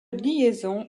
liaison